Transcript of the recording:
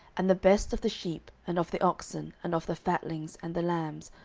and the best of the sheep, and of the oxen, and of the fatlings, and the lambs,